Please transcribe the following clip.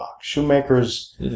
Shoemakers